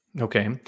okay